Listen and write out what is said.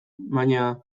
baina